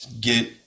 get